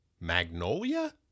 Magnolia